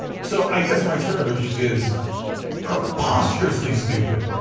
so i guess mike cernovich is preposterously stupid,